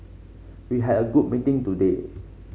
we had a good meeting today